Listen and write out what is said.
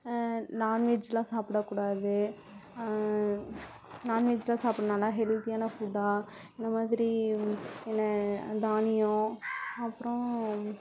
நான்வெஜ்லாம் சாப்பிடக்கூடாது நான்வெஜ்லாம் சாப்பிடுறனால ஹெல்தியான ஃபுட்டாக இந்த மாதிரி என்ன தானியம் அப்றம்